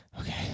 Okay